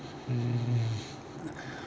mm